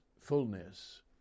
fullness